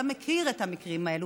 אתה מכיר את המקרים האלה,